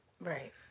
Right